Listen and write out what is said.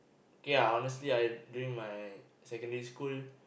ya honestly I during my secondary school